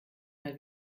mal